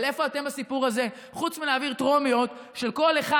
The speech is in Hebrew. אבל איפה אתן בסיפור הזה חוץ מלהעביר טרומית של כל אחד?